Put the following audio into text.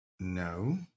No